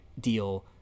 deal